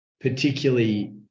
particularly